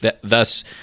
thus